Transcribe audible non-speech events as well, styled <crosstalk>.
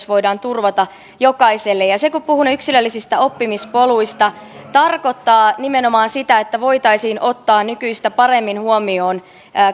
<unintelligible> voidaan turvata jokaiselle ja ja kun puhuin yksilöllisistä oppimispoluista niin se tarkoittaa nimenomaan sitä että voitaisiin ottaa nykyistä paremmin huomioon